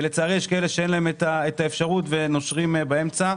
ולצערי יש אלה שאין להם האפשרות ונושרים באמצע.